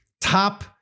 top